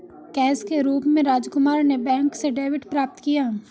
cash के रूप में राजकुमार ने बैंक से डेबिट प्राप्त किया